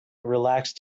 relaxed